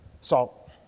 Salt